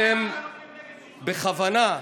הקואליציה נגד, ומעל לזה, אתם בכוונה,